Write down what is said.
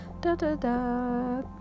Da-da-da